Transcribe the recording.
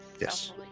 Yes